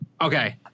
Okay